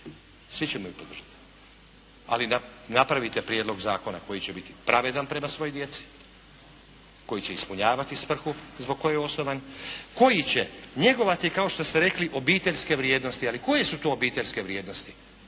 svi ćemo je podržati. Ali da napravite prijedlog zakona koji će biti pravedan prema svoj djeci, koji će ispunjavati svrhu zbog koje je osnovan, koji će njegovati kao što ste rekli obiteljske vrijednosti. Ali koje su to obiteljske vrijednosti?